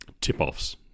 tip-offs